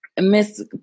Miss